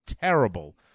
terrible